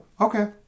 Okay